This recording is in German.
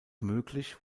möglich